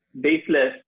baseless